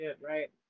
right